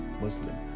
Muslim